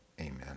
Amen